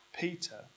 Peter